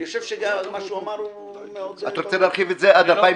אתה רוצה להרחיב את זה עד 2020?